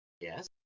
Yes